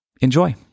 Enjoy